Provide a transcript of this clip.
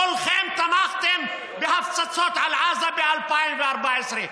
כולכם תמכתם בהפצצות על עזה ב-2014.